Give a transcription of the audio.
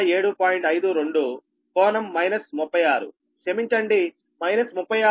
52∟ 36క్షమించండి 36